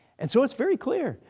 and so it's very clear.